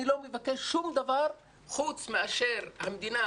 אני לא מבקש שום דבר חוץ מאשר שהמדינה